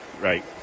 Right